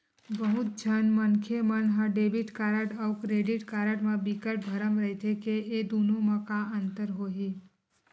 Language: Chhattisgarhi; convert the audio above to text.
बहुत झन मनखे मन ह डेबिट कारड अउ क्रेडिट कारड म बिकट भरम रहिथे के ए दुनो म का अंतर होही?